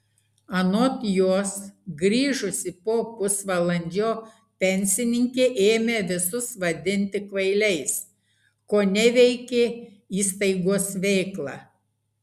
anot jos grįžusi po pusvalandžio pensininkė ėmė visus vadinti kvailiais koneveikė įstaigos veiklą